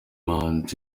muhanzi